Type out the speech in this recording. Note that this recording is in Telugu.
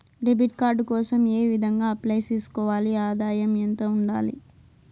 డెబిట్ కార్డు కోసం ఏ విధంగా అప్లై సేసుకోవాలి? ఆదాయం ఎంత ఉండాలి?